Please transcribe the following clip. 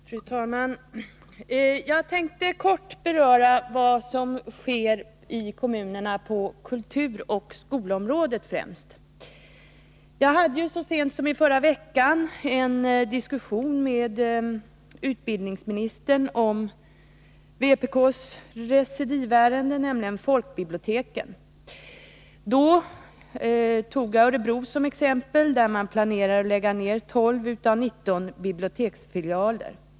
Fru talman! Jag tänkte i korthet beröra främst vad som sker i kommunerna på kulturoch skolområdet. Så sent som i förra veckan hade jag en diskussion med utbildningsministern om vpk:s recidivärende, folkbiblioteken. Jag tog Örebro som exempel. Där planerar man att lägga ned 12 av 19 biblioteksfilialer.